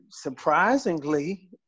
surprisingly